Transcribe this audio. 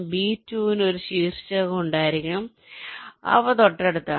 B 2 ന് ഒരു ശീർഷകം ഉണ്ടായിരിക്കണം അവ തൊട്ടടുത്താണ്